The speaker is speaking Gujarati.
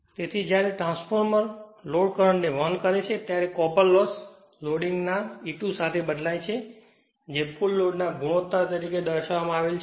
તેથી જ્યારે ટ્રાન્સફોર્મર લોડ કરંટ ને વહન કરે છે ત્યારે કોપર લોસ લોડીંગ ના E2 સાથે બદલાય છે જે ફુલ લોડના ગુણોત્તર તરીકે દર્શાવવામાં આવેલા છે